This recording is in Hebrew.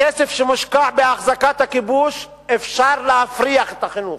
בכסף שמושקע בהחזקת הכיבוש אפשר להפריח את החינוך.